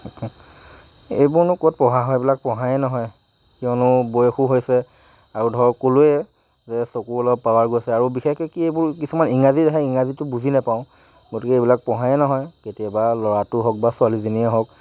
এইবোৰনো ক'ত পঢ়া হয় এইবোৰ পঢ়াই নহয় কিয়নো বয়সো হৈছে আৰু ধৰক ক'লোৱেই যে চকুৰ অলপ পাৱাৰ গৈছে আৰু বিশেষকৈ কি কিছুমান ইংৰাজীত আহে ইংৰাজীটো বুজি নাপাওঁ গতিকে এইবিলাক পঢ়াই নহয় কেতিয়াবা ল'ৰাটো হওক বা ছোৱালীজনীয়ে হওক